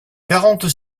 quarante